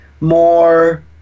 more